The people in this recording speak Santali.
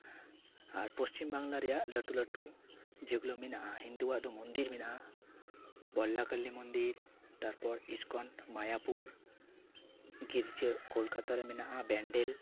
ᱟᱨ ᱯᱚᱥᱪᱤᱢ ᱵᱟᱝᱞᱟ ᱨᱮᱭᱟᱜ ᱞᱟᱹᱴᱩ ᱞᱟᱹᱴᱩ ᱡᱮᱜᱩᱞᱟᱹ ᱢᱮᱱᱟᱜᱼᱟ ᱦᱤᱱᱫᱩᱣᱟᱜ ᱫᱚ ᱢᱚᱱᱫᱤᱨ ᱢᱮᱱᱟᱜᱼᱟ ᱵᱚᱞᱞᱟ ᱠᱟ ᱞᱤ ᱢᱚᱱᱫᱤᱨ ᱛᱟᱨᱯᱚᱨ ᱮᱥᱠᱚᱱᱰ ᱢᱟᱭᱟᱯᱩᱨ ᱜᱤᱨᱡᱟᱹ ᱠᱳᱞᱛᱟ ᱨᱮ ᱢᱮᱱᱟᱜᱼᱟ ᱵᱮᱱᱰᱮᱞ